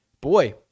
boy